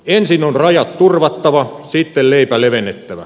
ensin on rajat turvattava sitten leipä levennettävä